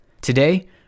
Today